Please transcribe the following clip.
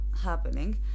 happening